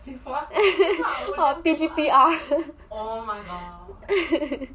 for P_G_P_R